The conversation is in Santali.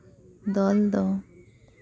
ᱫᱚᱞ ᱫᱚ